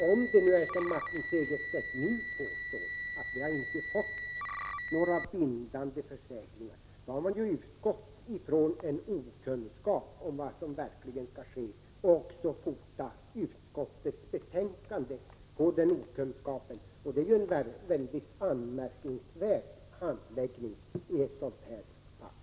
Om det är så, som Martin Segerstedt nu påstår, att utskottet inte har fått några bindande försäkringar, har man ju utgått från en okunskap om vad som verkligen skall ske och baserat utskottets betänkande på den okunskapen. Det är en mycket anmärkningsvärd handläggning av ett sådant här fall.